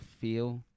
feel